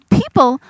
people